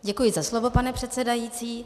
Děkuji za slovo, pane předsedající.